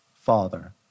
Father